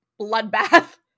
Bloodbath